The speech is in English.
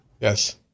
Yes